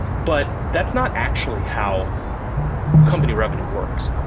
but that's not actually how company revenue works.